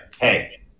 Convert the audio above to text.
Hey